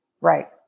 Right